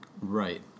Right